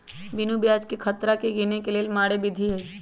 बिनु ब्याजकें खतरा के गिने के लेल मारे विधी हइ